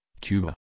Cuba